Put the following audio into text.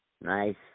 Nice